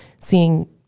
seeing